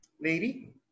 lady